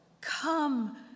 come